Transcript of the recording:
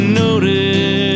notice